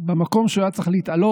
במקום שהוא היה צריך להתעלות